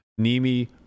Nimi